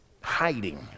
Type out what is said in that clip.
hiding